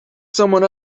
someone